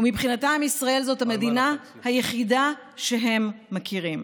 ומבחינתם ישראל זו המדינה היחידה שהם מכירים.